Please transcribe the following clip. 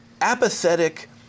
apathetic